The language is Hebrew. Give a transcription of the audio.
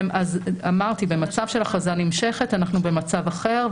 אז אמרתי, במצב של הכרזה נמשכת אנחנו במצב אחר.